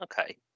okay